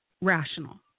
rational